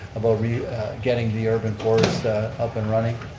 about getting the urban forest up and running.